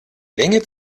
länge